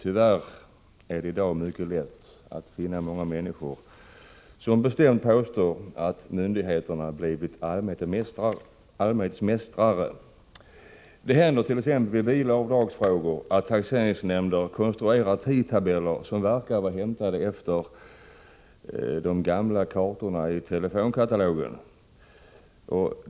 Tyvärr är det i dag mycket lätt att finna många människor som bilägare för bensinbestämt påstår att myndigheterna blivit allmänhetens mästrare. Det har hänt skattehöjningen t.ex. i bilavdragsfrågor att taxeringsnämnder konstruerat tidtabeller som verkar grunda sig på de gamla kartorna i telefonkatalogen.